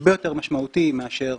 הרבה יותר משמעותי מאשר